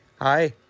Hi